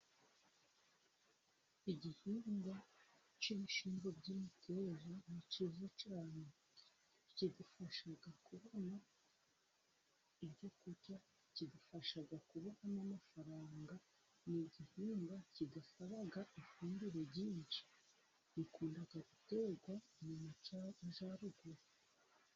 Igihingwa cy'ibishimbo by'imiteje ni cyiza cyane. Kidufasha kubona ibyo kurya, kidufasha kubona n'amafaranga. Ni igihingwa kidusaba ifungumbire ryinshi, gikunda guterwa mu Majyaruguru.